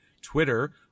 Twitter